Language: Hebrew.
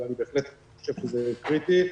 אבל אני בהחלט חושב שזה קריטי,